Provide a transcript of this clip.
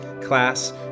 class